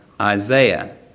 Isaiah